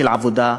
של עבודה,